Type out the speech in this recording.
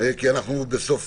כי אנחנו בסוף